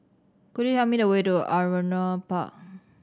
could you tell me the way to Ardmore Park